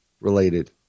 related